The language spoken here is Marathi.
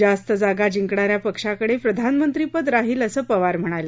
जास्त जागा जिंकणा या पक्षाकडे प्रधानमंत्रीपद राहील असं पवार म्हणाले